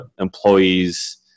employees